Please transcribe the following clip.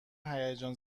هیجان